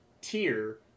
tier